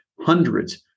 hundreds